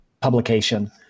publication